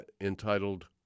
entitled